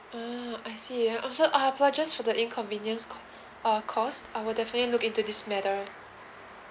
ah I see and also I apologised for the inconvenience uh caused I'll definitely look into this matter